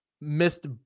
missed